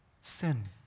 sin